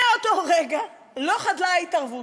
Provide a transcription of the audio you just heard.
מאותו רגע לא חדלה ההתערבות.